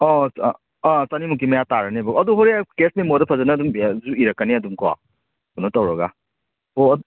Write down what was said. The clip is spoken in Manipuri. ꯑꯣ ꯑꯥ ꯑꯥ ꯆꯅꯤꯃꯨꯛꯀꯤ ꯃꯌꯥ ꯇꯥꯔꯅꯦꯕ ꯑꯗꯣ ꯍꯣꯔꯦꯟ ꯀꯦꯁ ꯃꯦꯃꯣꯗ ꯐꯖꯅ ꯑꯗꯨꯝ ꯑꯗꯨꯁꯨ ꯏꯔꯛꯀꯅꯤ ꯑꯗꯨꯝ ꯀꯣ ꯀꯩꯅꯣ ꯇꯧꯔꯒ ꯑꯣ